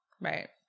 right